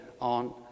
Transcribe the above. on